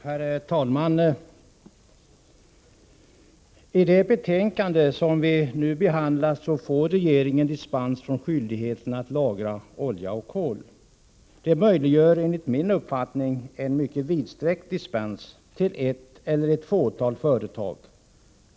Herr talman! I det betänkande som vi nu behandlar föreslås att regeringen skall få möjlighet att ge dispens från skyldigheten att lagra olja och kol. Det möjliggör enligt min mening en mycket vidsträckt dispens till ett eller ett fåtal företag.